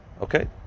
Okay